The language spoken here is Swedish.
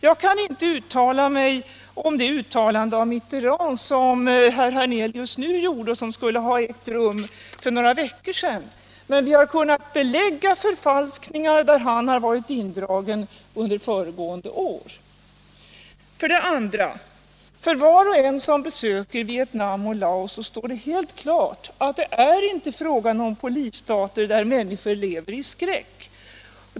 Jag kan inte yttra mig om det uttalande av Mitterand som herr Hernelius nu åberopade och som skulle ha gjorts för några veckor sedan, men vi har kunnat belägga förfalskningar där han har varit indragen under föregående år. För det andra: För oss som besökte Vietnam och Laos står det klart att det inte är fråga om polisstater, där människor lever i skräck.